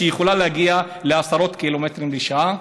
שיכולה להגיע לעשרות קילומטרים בשעה,